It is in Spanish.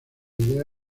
idea